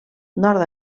nord